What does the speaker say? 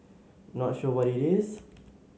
not sure what it is